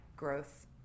growth